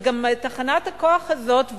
וגם תחנת הכוח הזאת,